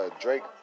Drake